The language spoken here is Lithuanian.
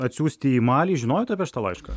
atsiųsti į malį žinojote apie šitą laišką